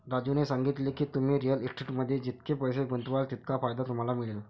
राजूने सांगितले की, तुम्ही रिअल इस्टेटमध्ये जितके पैसे गुंतवाल तितका फायदा तुम्हाला मिळेल